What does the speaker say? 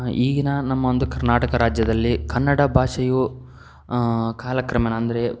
ಈಗಿನ ನಮ್ಮ ಒಂದು ಕರ್ನಾಟಕ ರಾಜ್ಯದಲ್ಲಿ ಕನ್ನಡ ಭಾಷೆಯು ಕಾಲಕ್ರಮೇಣ ಅಂದರೆ